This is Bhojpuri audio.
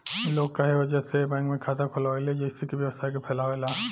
लोग कए वजह से ए बैंक में खाता खोलावेला जइसे कि व्यवसाय के फैलावे ला